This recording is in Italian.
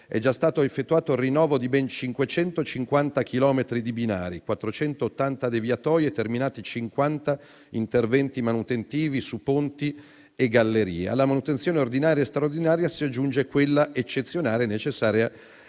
è già stato effettuato il rinnovo di ben 550 chilometri di binari, 480 deviatoi e terminati 50 interventi manutentivi su ponti e gallerie. Alla manutenzione ordinaria e straordinaria si aggiunge quella eccezionale necessaria